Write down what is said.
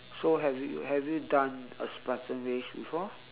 so have you have you done a spartan race before